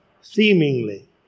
seemingly